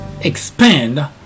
expand